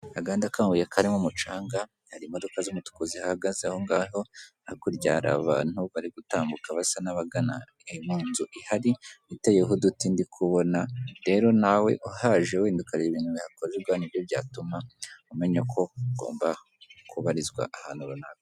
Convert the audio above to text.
Agahanda k'amabuye karimo umucanga hari imodoka z'umutuku zihagaze aho ngaho, hakurya hari abantu bari gutambuka basa n'abagana mu nzu ihari iteyeho uduti ndikubona, rero nawe uhaje wenda ukareba ibintu bihakorerwa, ni byo byatuma umenya ko ugomba kubarizwa ahantu runaka.